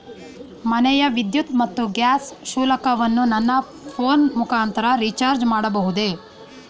ಮನೆಯ ವಿದ್ಯುತ್ ಮತ್ತು ಗ್ಯಾಸ್ ಶುಲ್ಕವನ್ನು ನನ್ನ ಫೋನ್ ಮುಖಾಂತರ ರಿಚಾರ್ಜ್ ಮಾಡಬಹುದೇ?